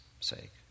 sake